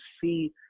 see